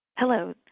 Hello